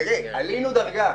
עלינו דרגה.